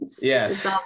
Yes